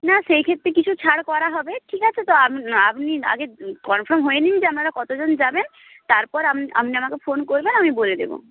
না সেই ক্ষেত্রে কিছু ছাড় করা হবে ঠিক আছে তো আব আপনি আগে কনফার্ম হয়ে নিন যে আপনারা কত জন যাবেন তারপর আম আপনি আমাকে ফোন করবেন আমি বলে দেবো